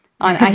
On